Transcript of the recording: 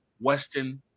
Western